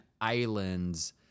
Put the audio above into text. islands